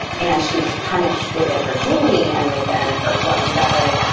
and she was punished within her community and within her. but definitely,